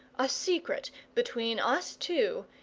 a secret between us two,